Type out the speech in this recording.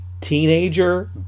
teenager